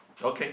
okay